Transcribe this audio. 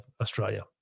Australia